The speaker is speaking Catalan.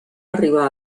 arribar